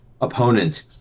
opponent